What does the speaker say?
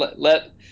let